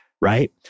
right